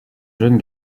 jeune